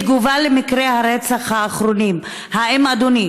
בתגובה למקרי הרצח האחרונים, האם אדוני